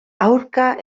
aurka